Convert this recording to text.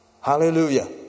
Hallelujah